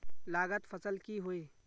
लागत फसल की होय?